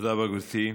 תודה רבה, גברתי.